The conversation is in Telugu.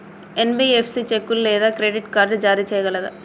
ఎన్.బి.ఎఫ్.సి చెక్కులు లేదా క్రెడిట్ కార్డ్ జారీ చేయగలదా?